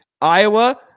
Iowa